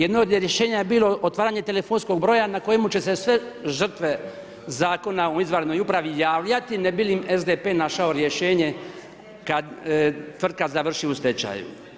Jedno od rješenja je bilo otvaranje telefonskog broja na kojemu će se sve žrtve Zakona o izvanrednoj upravi javljati ne bi li im SDP našao rješenje kad tvrtka završi u stečaju.